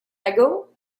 ago